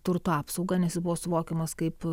turto apsaugą nes jis buvo suvokiamas kaip